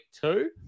two